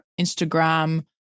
Instagram